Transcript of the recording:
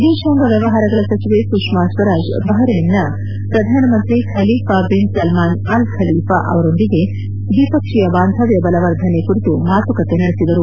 ವಿದೇಶಾಂಗ ವ್ಯವಹಾರಗಳ ಸಚಿವೆ ಸುಷ್ಮಾ ಸ್ವರಾಜ್ ಬಹರೈನ್ನ ಪ್ರಧಾನಮಂತ್ರಿ Khalifa bin Salman Al Khalifa ಅವರೊಂದಿಗೆ ದ್ವಿಪಕ್ಷೀಯ ಬಾಂಧವ್ಯ ಬಲವರ್ಧನೆ ಕುರಿತು ಮಾತುಕತೆ ನಡೆಸಿದರು